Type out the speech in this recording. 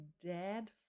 dead